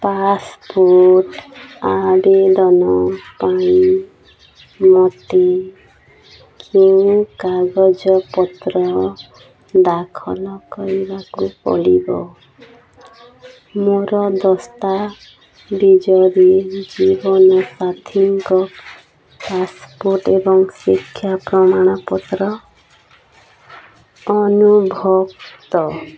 passport ଆବେଦନ ପାଇଁ ମୋତେ କେଉଁ କାଗଜପତ୍ର ଦାଖଲ କରିବାକୁ ପଡ଼ିବ ମୋର ଦସ୍ତାବିଜରେ ଜୀବନସାଥୀଙ୍କ ପାସପୋର୍ଟ୍ ଏବଂ ଶିକ୍ଷା ପ୍ରମାଣପତ୍ର ଅନୁଭକ୍ତ